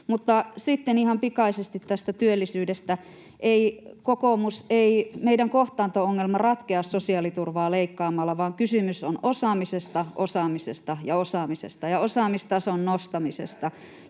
Mutta sitten ihan pikaisesti tästä työllisyydestä: Kokoomus, ei meidän kohtaanto-ongelma ratkea sosiaaliturvaa leikkaamalla, vaan kysymys on osaamisesta, osaamisesta ja osaamisesta ja osaamistason nostamisesta,